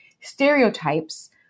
stereotypes